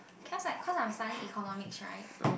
cause like cause I'm studying economics right